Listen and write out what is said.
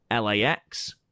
LAX